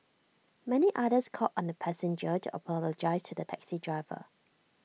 many others called on the passenger to apologise to the taxi driver